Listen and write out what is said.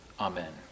Amen